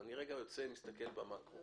אבל אני רגע מסתכל במקרו.